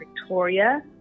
Victoria